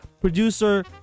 producer